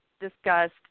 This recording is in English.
discussed